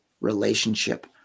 relationship